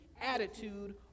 attitude